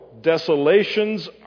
Desolations